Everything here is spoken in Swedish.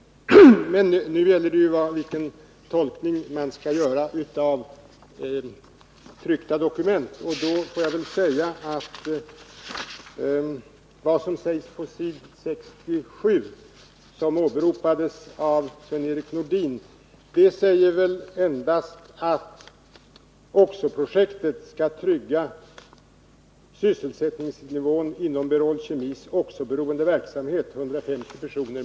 Nu gäller det vilken tolkning man skall göra av tryckta dokument, och då vill jag understryka att vad som sägs på s. 67 — det åberopades av Sven-Erik Nordin — väl endast innebär att oxo-projektet skall trygga sysse!sättningsnivån inom Berol Kemis oxo-beroende verksamhet med ca 150 personer.